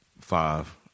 Five